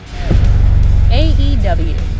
AEW